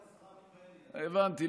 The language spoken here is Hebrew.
הבנתי.